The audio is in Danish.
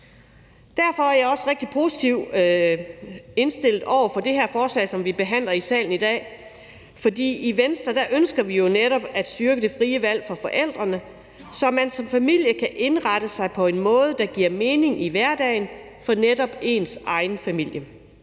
Derfor er jeg også rigtig positiv indstillet over for det her forhold, som vi behandler i salen i dag, for i Venstre ønsker vi jo netop at styrke det frie valg for forældrene, så man som familie kan indrette sig på en måde, der giver mening i hverdagen for netop ens egen familie.